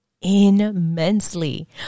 immensely